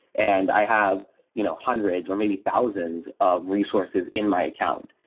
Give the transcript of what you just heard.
and i have you know hundreds or maybe thousands of resources in my account.